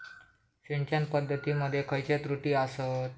सिंचन पद्धती मध्ये खयचे त्रुटी आसत?